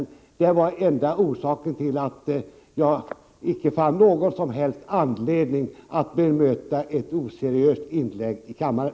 Detta var det enda som gjorde att jag inte fann någon som helst anledning att bemöta ett oseriöst inlägg i kammaren.